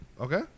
Okay